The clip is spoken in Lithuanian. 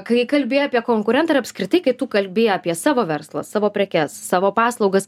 kai kalbi apie konkurentą ir apskritai kai tu kalbi apie savo verslą savo prekes savo paslaugas